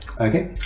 Okay